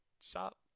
shop